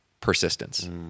persistence